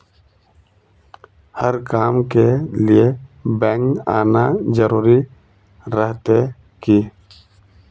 हर काम के लिए बैंक आना जरूरी रहते की?